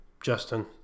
Justin